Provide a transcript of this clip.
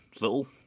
little